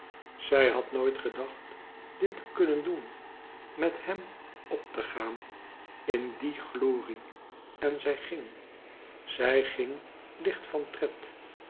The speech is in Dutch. zij had nooit gedacht dit te kunnen doen met hem op te gaan in die glorie en zij ging zij ging licht van tred